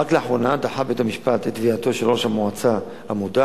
רק לאחרונה דחה בית המשפט את תביעתו של ראש המועצה המודח